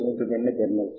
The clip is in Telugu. bib ఫైల్ గా మార్చాలి